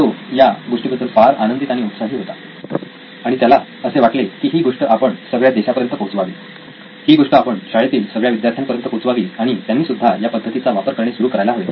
तो या गोष्टीबद्दल फार आनंदित आणि उत्साहित होता आणि त्याला असे वाटले की ही गोष्ट आपण सगळ्या देशापर्यंत पोहोचवावी ही गोष्ट आपण शाळेतील सगळ्या विद्यार्थ्यांपर्यंत पोचवावी आणि त्यांनी सुद्धा या पद्धतीचा वापर करणे सुरू करायला हवे